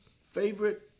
favorite